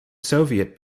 soviet